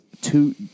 two